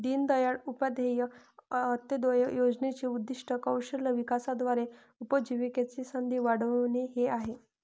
दीनदयाळ उपाध्याय अंत्योदय योजनेचे उद्दीष्ट कौशल्य विकासाद्वारे उपजीविकेच्या संधी वाढविणे हे आहे